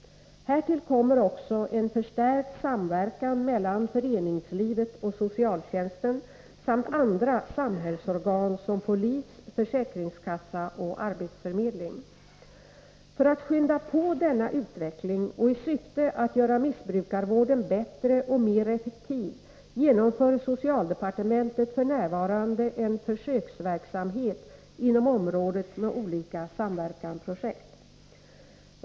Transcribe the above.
Härtill kommer också en förstärkt samverkan mellan föreningslivet och socialtjänsten samt andra samhällsorgan som polis, försäkringskassa och arbetsförmedling. För att skynda på denna utveckling och i syfte att göra missbrukarvården bättre och mer effektiv genomför socialdepartementet f. n. en försöksverksamhet inom området med olika samverkansprojekt.